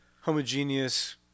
homogeneous